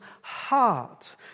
heart